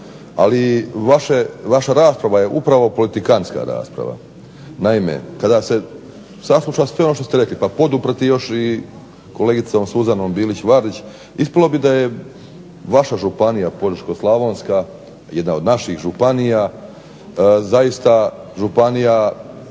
ali vaša rasprava je upravo politikantska rasprava. Naime kada se sasluša sve ono što ste rekli, pa poduprto još i kolegicom Suzanom Bilić Vardić, ispalo bi da je vaša Županija požeško-slavonska jedna od naših županija zaista županija